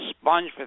sponge